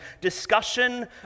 discussion